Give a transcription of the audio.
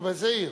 באיזה עיר?